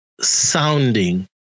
sounding